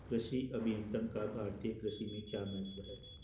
कृषि अभियंत्रण का भारतीय कृषि में क्या महत्व है?